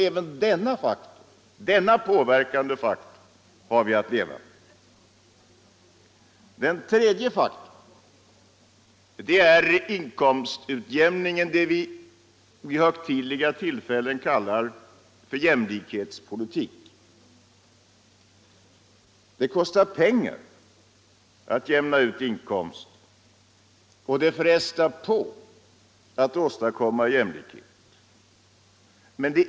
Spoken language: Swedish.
Även denna påverkande faktor har vi att leva med. Det tredje är inkomstutjämningen, det vi vid högtidliga tillfällen kallar för jämlikhetspolitik. Det kostar pengar att utjämna inkomsterna och det frestar på att åstadkomma jämlikhet.